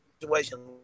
situation